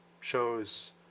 shows